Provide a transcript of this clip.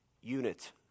unit